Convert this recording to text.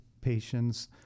patients